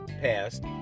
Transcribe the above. passed